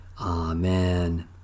Amen